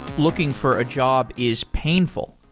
looking for a job is painful.